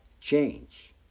change